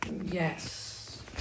Yes